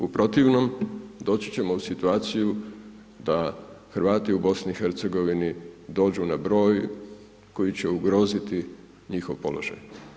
U protivnom, doći ćemo u situaciju da Hrvati u BIH, dođu na broj koji će ugroziti njihov položaj.